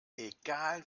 egal